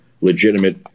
legitimate